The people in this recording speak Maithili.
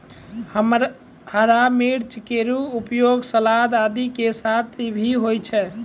हरा मिर्च केरो उपयोग सलाद आदि के साथ भी होय छै